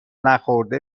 نخورده